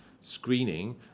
screening